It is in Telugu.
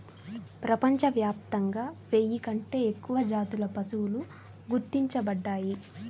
ప్రపంచవ్యాప్తంగా వెయ్యి కంటే ఎక్కువ జాతుల పశువులు గుర్తించబడ్డాయి